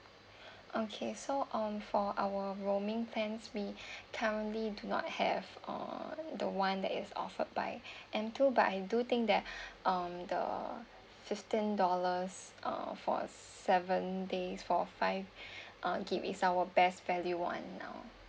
okay so um for our roaming plan we currently do not have uh the one that is offered by N 2 but do think that um the fifteen dollars uh for seven days for five uh gb is our best value one now